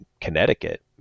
connecticut